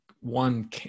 one